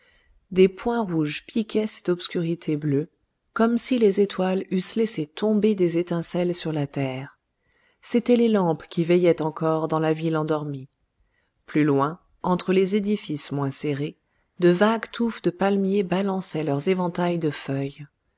des points rouges piquaient cette obscurité bleue comme si les étoiles eussent laissé tomber des étincelles sur la terre c'étaient les lampes qui veillaient encore dans la ville endormie plus loin entre les édifices moins serrés de vagues touffes de palmiers balançaient leurs éventails de feuilles